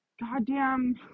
goddamn